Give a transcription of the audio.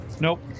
Nope